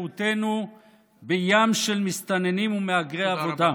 זהותנו בים של מסתננים ומהגרי עבודה.